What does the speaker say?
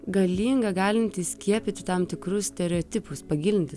galinga galinti įskiepyti tam tikrus stereotipus pagilinti